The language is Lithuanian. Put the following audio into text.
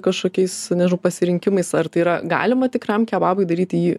kažkokiais nežinau pasirinkimais ar tai yra galima tikram kebabui daryti jį